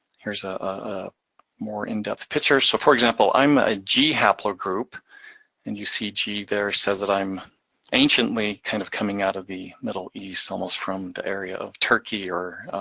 here's a more in-depth picture. so for example, i'm ah a g-haplogroup, and you see g there, says that i'm anciently kind of coming out of the middle east, almost from the area of turkey or